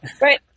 right